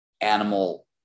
animal